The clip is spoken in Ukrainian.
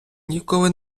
ніколи